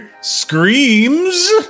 Screams